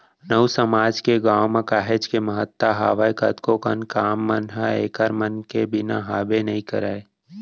नाऊ समाज के गाँव म काहेच के महत्ता हावय कतको कन काम मन ह ऐखर मन के बिना हाबे नइ करय